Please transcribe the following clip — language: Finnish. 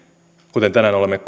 kuten tänään olemme